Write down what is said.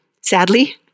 sadly